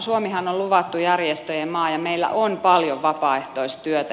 suomihan on luvattu järjestöjen maa ja meillä on paljon vapaaehtoistyötä